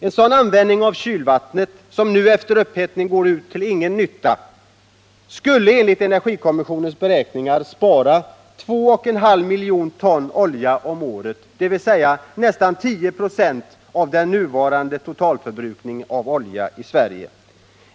En sådan användning av kylvatten, som nu efter upphettningen går ut till ingen nytta, skulle enligt energikommissionens beräkningar spara 2,5 miljoner ton olja om året, dvs. nästan 10 26 av den nuvarande totalförbrukningen av olja i Sverige.